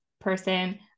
person